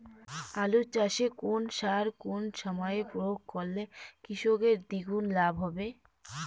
আলু চাষে কোন সার কোন সময়ে প্রয়োগ করলে কৃষকের দ্বিগুণ লাভ হবে?